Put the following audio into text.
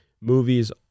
movies